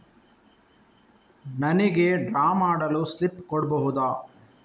ನನಿಗೆ ಡ್ರಾ ಮಾಡಲು ಸ್ಲಿಪ್ ಕೊಡ್ಬಹುದಾ?